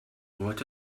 what